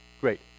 Great